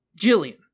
Jillian